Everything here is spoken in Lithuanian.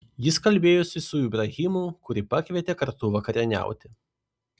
jis kalbėjosi su ibrahimu kurį pakvietė kartu vakarieniauti